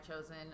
chosen